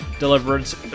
Deliverance